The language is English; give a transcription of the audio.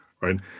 right